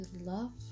love